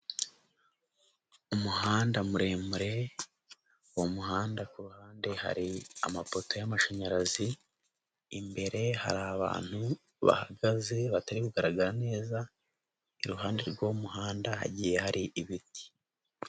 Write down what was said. Umuhanda muremure, uwo muhanda ku ruhande hari amapoto y'amashanyarazi, imbere hari abantu bahagaze batari kugaragara neza, iruhande rw'uwo muhanda hagiye hari ibiti.